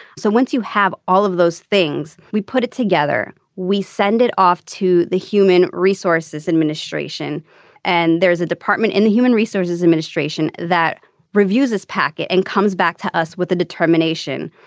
so once you have all of those things we put it together we send it off to the human resources administration and there is a department in the human resources administration that reviews this packet and comes back to us with a determination.